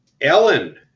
Ellen